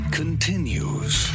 continues